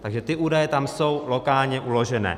Takže ty údaje tam jsou lokálně uložené.